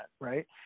right